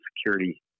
security